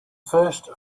first